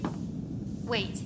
Wait